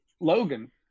Logan